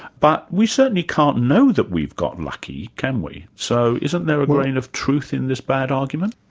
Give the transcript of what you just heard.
but we certainly can't know that we've got lucky, can we, so isn't there a grain of truth in this bad argument?